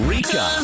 Rika